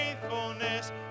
faithfulness